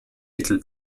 little